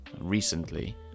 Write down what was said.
recently